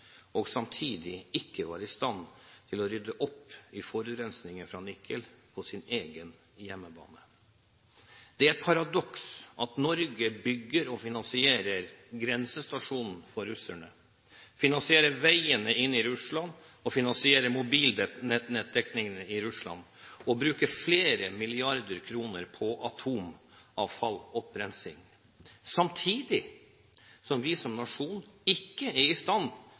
og samtidig ikke være i stand til å rydde opp i forurensningen fra Nikel på sin egen hjemmebane. Det er et paradoks at Norge bygger og finansierer grensestasjonen for russerne, finansierer veiene inn i Russland, finansierer mobilnettdekningen i Russland og bruker flere milliarder kroner på atomavfallopprenskning, samtidig som vi som nasjon ikke er i stand